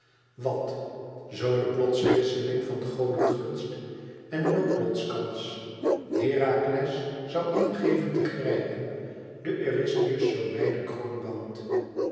wat zoo de plotse wisseling van godengunst en noodlotskans herakles zoû in geven te grijpen den eurystheus zoo wijden kroonband